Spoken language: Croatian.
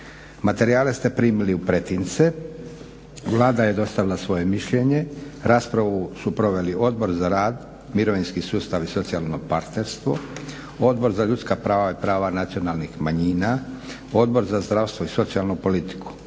Materijale ste primili u pretince. Vlada je dostavila svoje mišljenje. Raspravu su proveli Odbor za rad, mirovinski sustav i socijalno partnerstvo, Odbor za ljudska prava i prava nacionalnih manjina, Odbor za zdravstvo i socijalnu politiku.